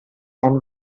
and